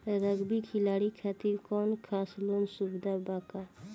Rugby खिलाड़ी खातिर कौनो खास लोन सुविधा बा का?